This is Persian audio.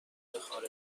نوشتهاند